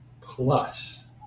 plus